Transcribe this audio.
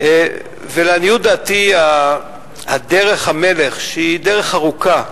ולעניות דעתי, דרך המלך, שהיא דרך ארוכה,